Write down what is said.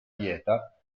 dieta